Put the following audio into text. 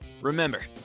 Remember